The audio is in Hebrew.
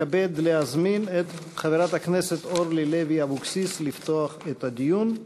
מתכבד להזמין את חברת הכנסת אורלי לוי אבקסיס לפתוח את הדיון.